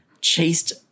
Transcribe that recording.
chased